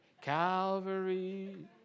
Calvary